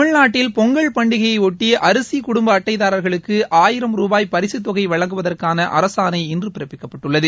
தமிழ்நாட்டில் பொங்கல் பண்டிகையைபொட்டி அரிசி குடும்ப அட்டடைதாரா்களுக்கு ஆயிரம் ருபாய் பரிசுத் தொகை வழங்குவதற்கான அரசாணை இன்று பிறப்பிக்கப்பட்டுள்ளது